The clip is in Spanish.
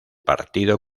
partido